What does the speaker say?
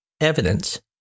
evidence